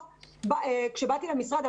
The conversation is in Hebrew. כשבאתי למשרד,